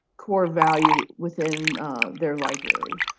core value within their library.